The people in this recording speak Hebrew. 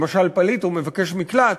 למשל פליט או מבקש מקלט,